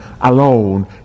alone